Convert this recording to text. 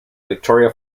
victoria